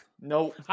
no